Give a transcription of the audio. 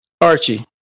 Archie